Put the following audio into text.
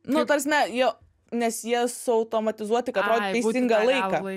nu ta prasme jo nes jie suautomatizuoti kad rodytų teisingą laiką